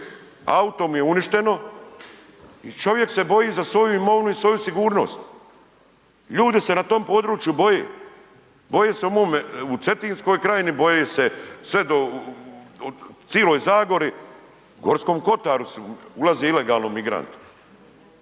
auto mu je uništeno i čovjek se boji za svoju imovinu i svoju sigurnost, ljudi se na tom području boje, boje se u mome, u Cetinskoj krajini, boje se sve do, u ciloj Zagori, u Gorskom Kotaru su ulazili ilegalno migranti,